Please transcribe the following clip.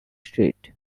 street